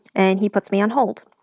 and he puts me on hold.